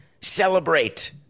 celebrate